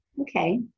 Okay